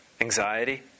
anxiety